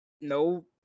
no